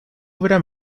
obra